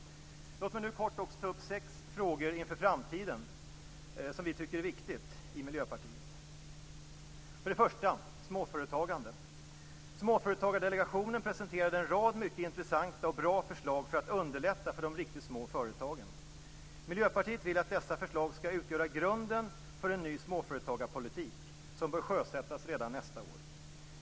Låt mig nu kortfattat även ta upp sex frågor inför framtiden som vi i Miljöpartiet tycker är viktiga. För det första vill jag ta upp småföretagandet. Småföretagardelegationen presenterade en rad mycket intressanta och bra förslag för att underlätta för de riktigt små företagen. Miljöpartiet vill att dessa förslag skall utgöra grunden för en ny småföretagarpolitik som bör sjösättas redan nästa år.